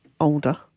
older